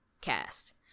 cast